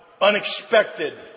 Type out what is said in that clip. unexpected